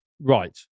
Right